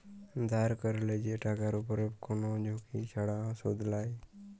ধার ক্যরলে যে টাকার উপরে কোন ঝুঁকি ছাড়া শুধ লায়